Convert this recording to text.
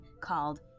called